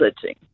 searching